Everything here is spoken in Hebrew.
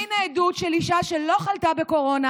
הינה עדות של אישה שלא חלתה בקורונה,